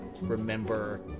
remember